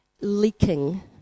leaking